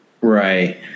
Right